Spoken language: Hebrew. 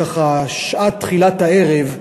ככה שעת תחילת הערב,